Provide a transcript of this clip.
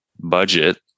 budget